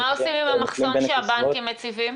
עושים עם המחסום שהבנקים מציבים?